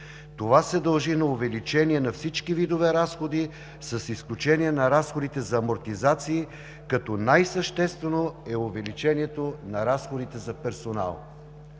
Това се дължи на увеличение на всички видове разходи, с изключение на разходите за амортизации, като най-съществено е увеличението на разходите за персонал.